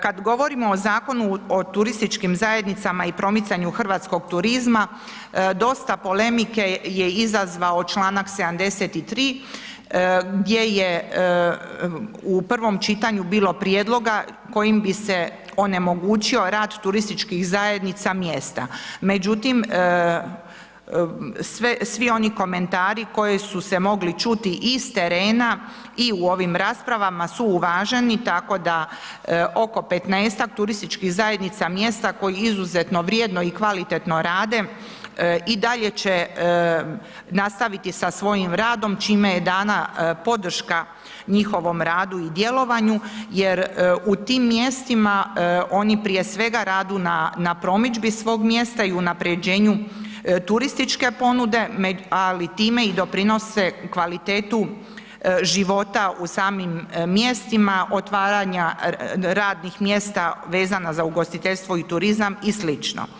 Kad govorimo o Zakonu o turističkim zajednicama i promicanju hrvatskog turizma, dosta polemike je izazvao članak 73. gdje je u prvom čitanju bilo prijedloga kojim bi se onemogućio rad turističkih zajednica mjesta međutim svi oni komentari koji su se mogli čuti iz terena i u ovim raspravama su uvaženi tako da oko 15-ak turističkih zajednica mjesta koji izuzetno vrijedno i kvalitetno rade, i dalje će nastaviti sa svojim radom čime je dana podrška njihovom radu i djelovanju jer u tim mjestima oni prije svega rade na promidžbi svog mjesta i unaprjeđenju turističke ponude ali time i doprinose kvaliteti života u samim mjestima otvaranja radnih mjesta vezana za ugostiteljstvo i turizam i slično.